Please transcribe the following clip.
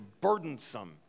burdensome